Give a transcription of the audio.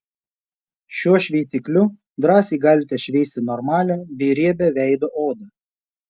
šiuo šveitikliu drąsiai galite šveisti normalią bei riebią veido odą